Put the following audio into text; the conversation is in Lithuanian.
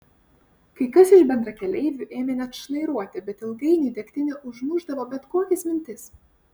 kai kas iš bendrakeleivių ėmė net šnairuoti bet ilgainiui degtinė užmušdavo bet kokias mintis